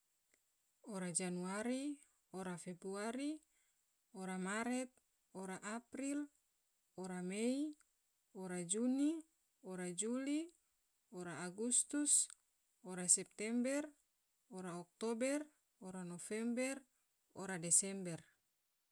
Ora januari, ora februari, ora maret, ora april, ora mei, ora juni, ora juli, ora agustus, ora september, ora oktober, ora november, ora desember.